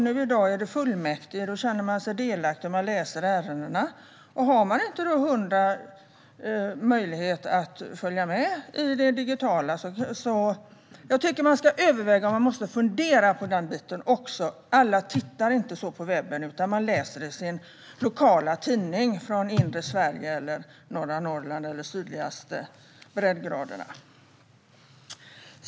I dag är det fullmäktige - man känner sig delaktig och läser ärendena. Men man kanske inte har möjlighet att till fullo följa med i det digitala. Jag tycker att man ska överväga och fundera på detta. Alla tittar inte på webben, utan de läser sin lokala tidning från det inre av Sverige, norra Norrland eller de sydligaste breddgraderna.